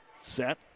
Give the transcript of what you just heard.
set